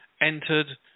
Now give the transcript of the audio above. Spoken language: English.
entered